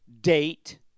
date